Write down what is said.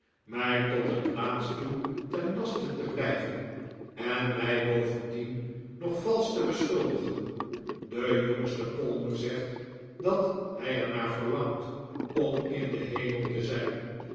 mij tot het laatst toe ten laste te blijven en mij bovendien nog valsch te beschuldigen de jongste palmer zegt dat hij er naar verlangt om in den hemel te zijn